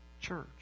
church